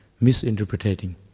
misinterpreting